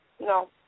No